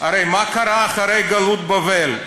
הרי מה קרה אחרי גלות בבל?